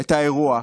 את האירוע.